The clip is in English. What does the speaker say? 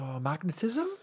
magnetism